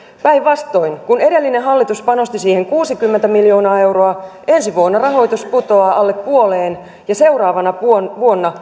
päinvastoin kun edellinen hallitus panosti siihen kuusikymmentä miljoonaa euroa ensi vuonna rahoitus putoaa alle puoleen ja seuraavana vuonna